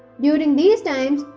during these times,